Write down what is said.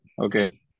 Okay